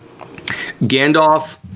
Gandalf